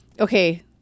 Okay